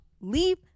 leave